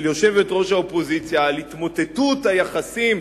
יושבת-ראש האופוזיציה על התמוטטות היחסים,